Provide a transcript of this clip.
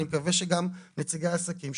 אני מקווה שגם נציגי העסקים,